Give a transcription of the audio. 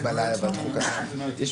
3 בעד, 5 נגד, 1